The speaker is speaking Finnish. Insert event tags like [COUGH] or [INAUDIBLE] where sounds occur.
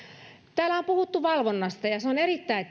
täällä on puhuttu valvonnasta ja ja se on erittäin [UNINTELLIGIBLE]